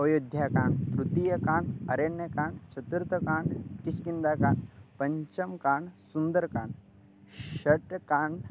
अयोध्याकाण्डः तृतीयकाण्डः आरण्यकाण्डः चतुर्थकाण्डः किष्किन्धाकाण्डः पञ्चमकाण्डः सुन्दरकाण्डः षष्टमकाण्डः